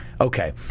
Okay